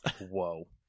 Whoa